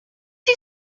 you